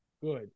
Good